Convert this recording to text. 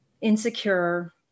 insecure